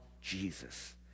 Jesus